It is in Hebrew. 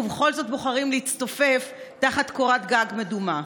ובכל זאת בוחרים להצטופף תחת קורת גג מדומה.